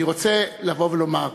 אני רוצה לבוא ולומר: